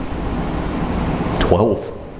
twelve